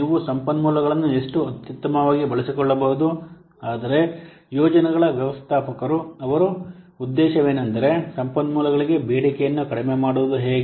ನೀವು ಸಂಪನ್ಮೂಲಗಳನ್ನು ಎಷ್ಟು ಅತ್ಯುತ್ತಮವಾಗಿ ಬಳಸಿಕೊಳ್ಳಬಹುದು ಆದರೆ ಯೋಜನೆಗಳ ವ್ಯವಸ್ಥಾಪಕರು ಅವರ ಉದ್ದೇಶವೆಂದರೆ ಸಂಪನ್ಮೂಲಗಳಿಗೆ ಬೇಡಿಕೆಯನ್ನು ಕಡಿಮೆ ಮಾಡುವುದು ಹೇಗೆ